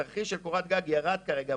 התרחיש של קורת גג ירד כרגע,